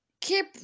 keep